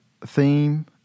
theme